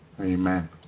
Amen